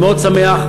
אני מאוד שמח.